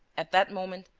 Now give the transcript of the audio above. at that moment,